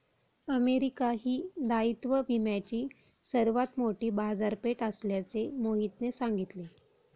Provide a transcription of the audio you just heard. America ही दायित्व विम्याची सर्वात मोठी बाजारपेठ असल्याचे मोहितने सांगितले